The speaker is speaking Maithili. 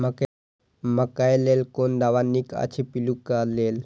मकैय लेल कोन दवा निक अछि पिल्लू क लेल?